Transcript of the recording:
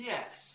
Yes